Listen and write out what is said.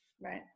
Right